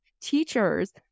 teachers